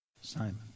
Simon